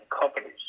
companies